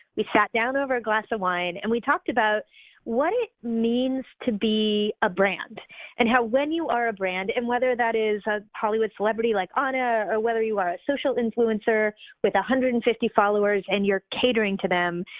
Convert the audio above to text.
we sat down over a glass of wine and we talked about what it means to be a brand and how when you are a brand, and whether that is a hollywood celebrity like anna or whether you are a social influencer with one hundred and fifty followers and you're catering to them,